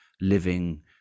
living